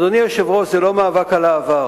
אדוני היושב-ראש, זה לא מאבק על העבר.